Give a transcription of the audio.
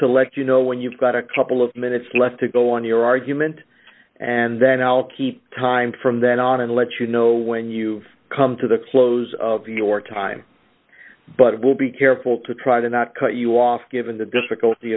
to let you know when you've got a couple of minutes left to go on your argument and then i'll keep time from then on and let you know when you've come to the close of your time but it will be careful to try to not cut you off given the difficulty